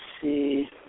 see